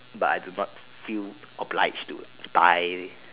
but I do not feel oblige to buy